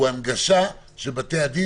הוא הנגשה של בתי-הדין.